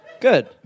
Good